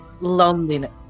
loneliness